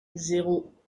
zéro